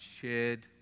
shared